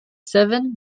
seven